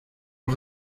los